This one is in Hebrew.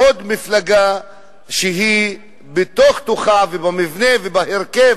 לעוד מפלגה שהיא, בתוך תוכה, ובמבנה, ובהרכב,